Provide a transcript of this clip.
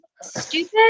Stupid